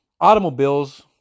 automobiles